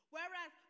Whereas